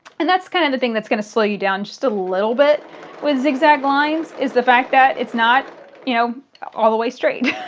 and that's kind of the thing that's going to slow you down just a little bit with zigzag lines, the fact that it's not you know all the way straight.